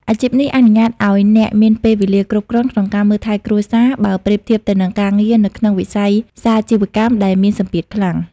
អាជីពនេះអនុញ្ញាតឱ្យអ្នកមានពេលវេលាគ្រប់គ្រាន់ក្នុងការមើលថែគ្រួសារ បើប្រៀបធៀបទៅនឹងការងារនៅក្នុងវិស័យសាជីវកម្មដែលមានសម្ពាធខ្លាំង។